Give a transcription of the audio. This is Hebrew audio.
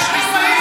יש חיסונים.